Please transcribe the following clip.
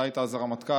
אתה היית אז הרמטכ"ל,